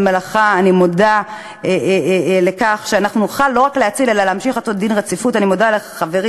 המדינה תדאג שתהיה לך קורת